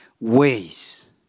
ways